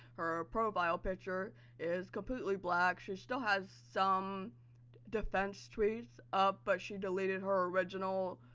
her profile picture is completely black, she still has some defense tweets up but she deleted her original